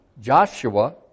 Joshua